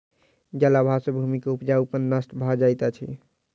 जल अभाव सॅ भूमि के उपजाऊपन नष्ट भ जाइत अछि